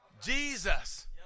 Jesus